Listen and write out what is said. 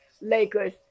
Lakers